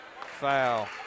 Foul